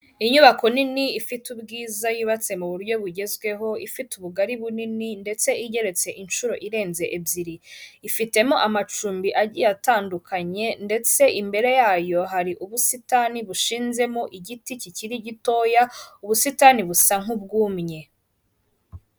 Inyubako nini ifite ubwiza yubatse mu buryo bugezweho ifite ubugari bunini ndetse igeretse inshuro irenze ebyiri ifitemo amacumbi agiye atandukanye ndetse imbere yayo hari ubusitani bushinzemo igiti kirekire gitoya ubusitani busa nk'ubwumye.